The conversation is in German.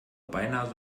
beinahe